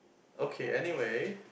okay anyway